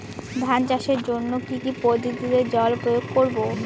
ধান চাষের জন্যে কি কী পদ্ধতিতে জল প্রয়োগ করব?